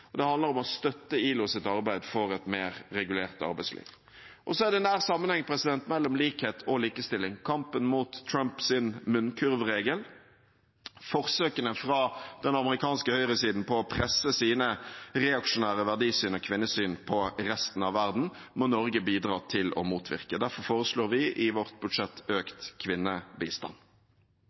og det handler om å støtte ILOs arbeid for et mer regulert arbeidsliv. Så er det en nær sammenheng mellom likhet og likestilling. Vi har kampen mot Trumps munnkurvregel, og forsøkene fra den amerikanske høyresiden på å presse sine reaksjonære verdisyn og kvinnesyn på resten av verden, må Norge bidra til å motvirke. Derfor foreslår vi i vårt budsjett økt kvinnebistand.